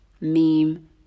meme